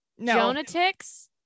Jonatics